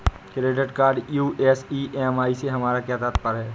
Credit card US EMI से हमारा क्या तात्पर्य है?